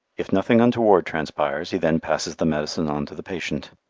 if nothing untoward transpires, he then passes the medicine on to the patient.